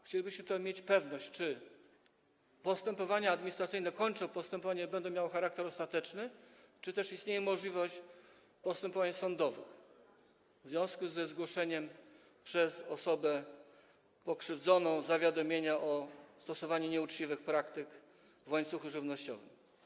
Chcielibyśmy mieć pewność, czy postępowania administracyjne kończą postępowanie i będą miały charakter ostateczny, czy też istnieje możliwość postępowań sądowych w związku ze zgłoszeniem przez osobę pokrzywdzoną zawiadomienia o stosowaniu nieuczciwych praktyk w łańcuchu żywnościowym.